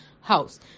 house